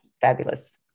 fabulous